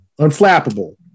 Unflappable